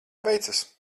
veicas